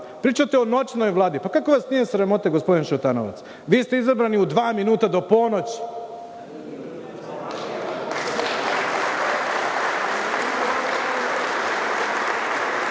Pričate o noćnoj Vladi, pa kako vas nije sramota gospodine Šutanovac? Vi ste izabrani u dva minuta do ponoć,